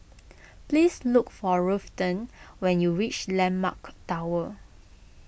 please look for Ruthanne when you reach Landmark Tower